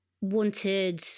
wanted